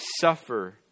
suffer